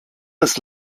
des